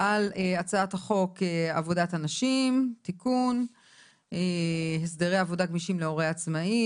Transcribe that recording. על הצעת החוק עבודת הנשים (תיקון - הסדרי עבודה גמישים להורה עצמאי),